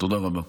תודה רבה.